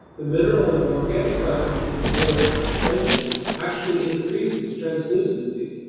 the mineral and organic substances it holds in suspension actually increase its translucency.